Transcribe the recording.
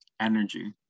energy